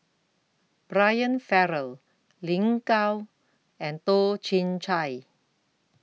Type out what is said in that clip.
Brian Farrell Lin Gao and Toh Chin Chye